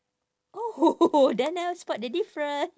oh then that one spot the different